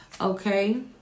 okay